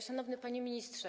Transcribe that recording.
Szanowny Panie Ministrze!